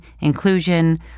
inclusion